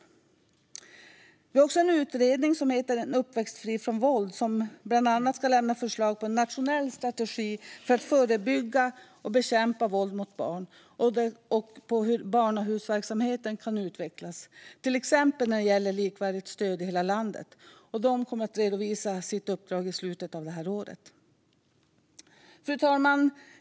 Det finns också en utredning som heter En uppväxt fri från våld och som bland annat ska lämna förslag på en nationell strategi för att förebygga och bekämpa våld mot barn samt på hur barnahusverksamheten kan utvecklas till exempel när det gäller likvärdigt stöd i hela landet. Utredningen kommer att redovisa sitt uppdrag i slutet av året. Fru talman!